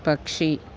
పక్షి